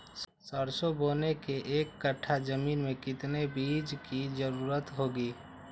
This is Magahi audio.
सरसो बोने के एक कट्ठा जमीन में कितने बीज की जरूरत होंगी?